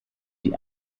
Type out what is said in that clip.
die